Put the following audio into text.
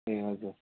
ए हजुर